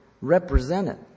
represented